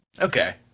Okay